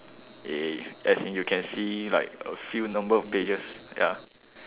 yes as in you can see like a few number of pages ya